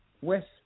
West